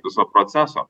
viso proceso